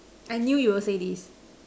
I knew you would say this